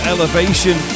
Elevation